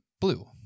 Blue